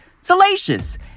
salacious